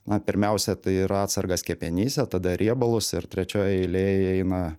na pirmiausia tai yra atsargas kepenyse tada riebalus ir trečioj eilėj eina